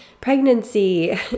pregnancy